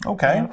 Okay